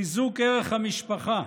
חיזוק ערך המשפחה,